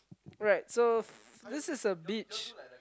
right so this is a beach